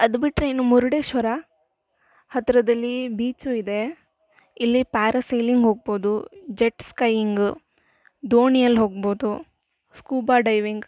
ಅದು ಬಿಟ್ಟರೆ ಇನ್ನು ಮುರುಡೇಶ್ವರ ಹತ್ರದಲ್ಲಿ ಬೀಚು ಇದೆ ಇಲ್ಲಿ ಪ್ಯಾರಸೀಲಿಂಗ್ ಹೋಗ್ಬೋದು ಜೆಟ್ಸ್ಕೈಯಿಂಗ್ ದೋಣಿಯಲ್ ಹೋಗ್ಬೋದು ಸ್ಕೂಬಾ ಡೈವಿಂಗ್